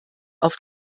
auf